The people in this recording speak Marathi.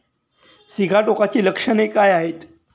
सिगाटोकाची लक्षणे काय आहेत?